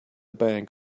bank